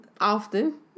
Often